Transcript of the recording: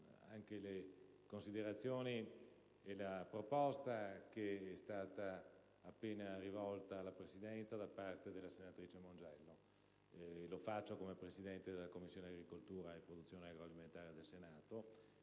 anche le considerazioni e la proposta appena rivolta alla Presidenza dalla senatrice Mongiello. Lo faccio come Presidente della Commissione agricoltura e produzione agroalimentare del Senato.